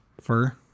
Fur